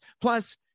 Plus-